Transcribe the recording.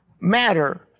matter